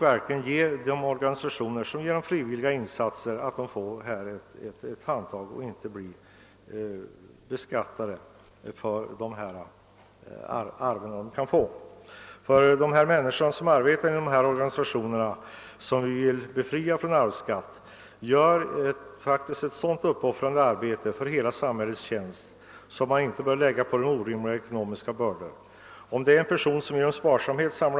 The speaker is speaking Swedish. Vi bör ge frivilliga organisationer ett handtag genom att befria dem från arvsskatt. Dessa organisationer uträttar ett så uppoffrande arbete, att vi inte bör lägga några orimliga ekonomiska bördor på dem.